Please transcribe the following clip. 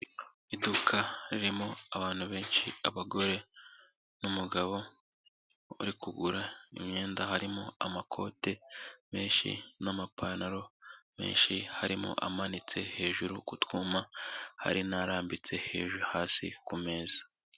Iduka ririmo abantu benshi abagore n'umugabo uri kugura imyenda, harimo amakote menshi, n'amapantaro menshi, harimo amanitse hejuru ku twuma, hari n'arambitse hejuru hasi ku meza.